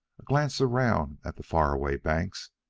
a glance around at the far-away banks,